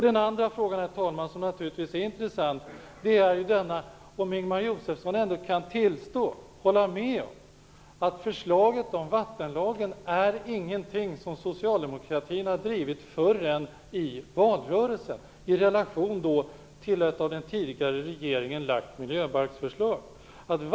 Den andra frågan, som naturligtvis är intressant, är om Ingemar Josefsson ändå kan hålla med om att förslaget om vattenlagen är någonting som socialdemokratin inte drivit förrän i valrörelsen efter det att den tidigare regeringen lagt fram ett förslag om en miljöbalk.